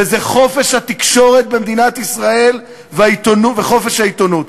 וזה חופש התקשורת במדינת ישראל וחופש העיתונות.